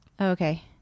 Okay